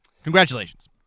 congratulations